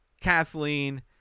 Kathleen